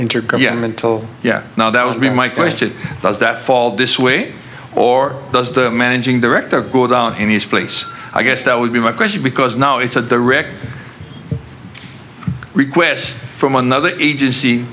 intergovernmental yeah now that would be my question does that fall this way or does the managing director go down in his place i guess that would be my question because now it's a direct request from another agency